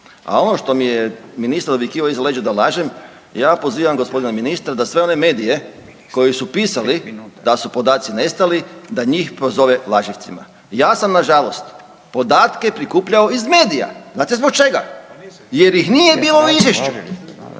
A ono što mi je ministar dovikivao iza leđa da lažem, ja pozivam g. ministra da sve one medije koji su pisali da su podaci nestali, da njih prozove lažljivcima. Ja sam nažalost podatke prikupljao iz medija. Znate zbog čega? .../Upadica se ne